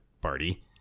Party